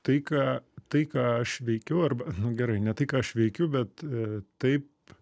tai ką tai ką aš veikiu arba nu gerai ne tai ką aš veikiu bet taip